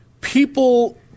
people